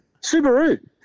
Subaru